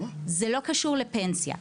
זה לא קשור לפנסיה.